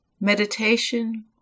meditation